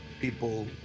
people